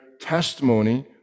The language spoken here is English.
testimony